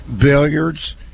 billiards